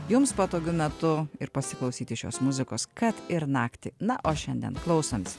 jums patogiu metu ir pasiklausyti šios muzikos kad ir naktį na o šiandien klausant